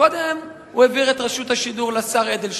קודם הוא העביר את רשות השידור לשר אדלשטיין.